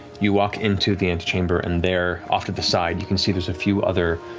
you walk into the antechamber, and there off to the side, you can see there's a few other